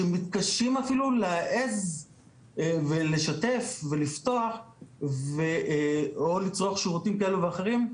שמתקשים אפילו להעז ולשתף ולפתוח ו/או לצרוך שירותים כאלו ואחרים.